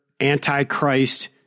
antichrist